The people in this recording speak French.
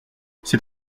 c’est